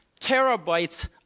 terabytes